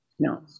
No